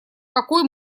какой